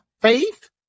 Faith